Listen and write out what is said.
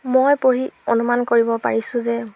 মই পঢ়ি অনুমান কৰিব পাৰিছোঁ যে